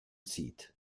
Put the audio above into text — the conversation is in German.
zieht